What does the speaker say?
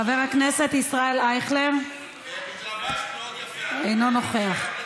חבר הכנסת ישראל אייכלר, אינו נוכח.